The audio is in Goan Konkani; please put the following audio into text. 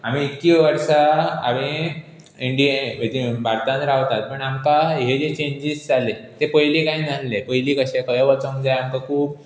आमी इतकी वर्सां हांवें इंडिये हातूंत भारतान रावतात पूण आमकां हे जे चेंजीस जाले ते पयलीं कांय नासले पयलीं कशें खंय वचूंक जाय आमकां खूब